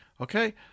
Okay